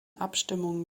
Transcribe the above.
abstimmungen